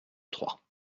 trois